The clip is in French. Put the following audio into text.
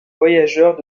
voyageurs